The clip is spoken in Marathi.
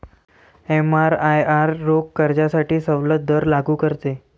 एमआरआयआर रोख कर्जासाठी सवलत दर लागू करते